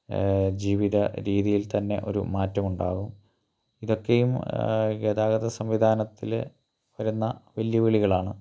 ജീവിത രീതിയിൽ തന്നെ ഒരു മാറ്റമുണ്ടാകും ഇതൊക്കെയും ഗതാഗത സംവിധാനത്തിൽ വരുന്ന വെല്ലുവിളികളാണ്